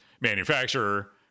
manufacturer